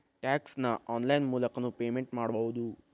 tax ನ online ಮೂಲಕನೂ payment ಮಾಡಬೌದು